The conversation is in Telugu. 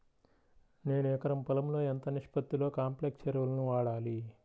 నేను ఎకరం పొలంలో ఎంత నిష్పత్తిలో కాంప్లెక్స్ ఎరువులను వాడాలి?